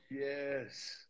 Yes